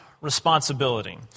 responsibility